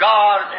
God